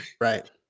Right